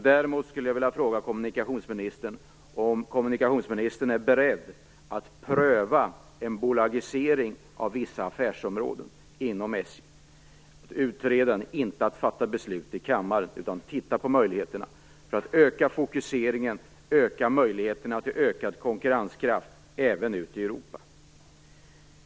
Däremot skulle jag vilja fråga kommunikationsministern för det första om hon är beredd att pröva en bolagisering av vissa affärsområden inom SJ - inte att fatta beslut i kammaren om det utan att utreda möjligheterna, för att öka fokuseringen, öka möjligheterna till ökad konkurrenskraft även ute i Europa.